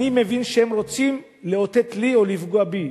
אני מבין שהם רוצים לאותת לי או לפגוע בי,